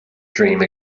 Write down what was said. dream